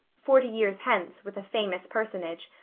forty years hence, with a famous personage.